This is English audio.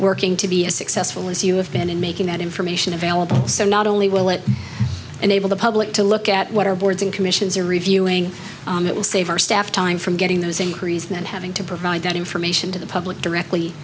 working to be as successful as you have been in making that information available so not only will it enable the public to look at what our boards and commissions are reviewing it will save our staff time from getting those inquiries not having to provide that information to the public directly